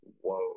whoa